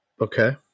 Okay